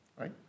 right